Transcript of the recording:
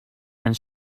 and